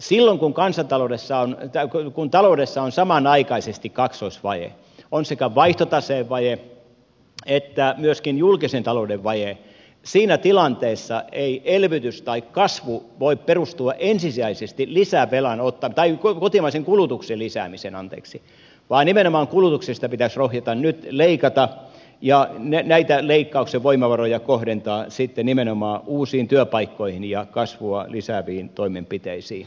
silloin kun taloudessa on samanaikaisesti kaksoisvaje on sekä vaihtotaseen vaje että myöskin julkisen talouden vaje siinä tilanteessa ei elvytys tai kasvu voi perustua ensisijaisesti kotimaisen kulutuksen lisäämiseen vaan nimenomaan nyt kulutuksesta pitäisi rohjeta leikata ja näitä leikkauksen voimavaroja kohdentaa sitten nimenomaan uusiin työpaikkoihin ja kasvua lisääviin toimenpiteisiin